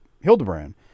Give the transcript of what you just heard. Hildebrand